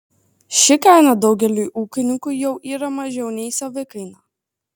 ši kaina daugeliui ūkininkų jau yra mažiau nei savikaina